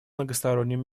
многостороннем